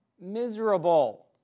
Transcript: miserable